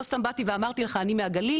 לא סתם באתי ואמרתי לך אני מהגליל,